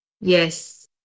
yes